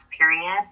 period